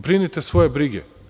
Brinite svoje brige.